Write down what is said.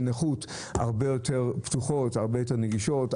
נכות הרבה יותר פתוחות והרבה יותר נגישות,